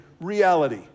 reality